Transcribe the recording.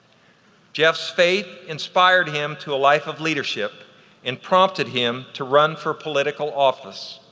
jeff's faith inspired him to a life of leadership and prompted him to run for political office.